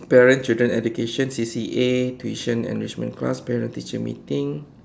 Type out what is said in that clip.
parent children education C_C_A tuition enrichment class parent teacher meeting